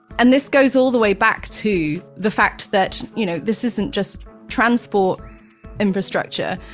and this goes all the way back to the fact that you know this isn't just transport infrastructure.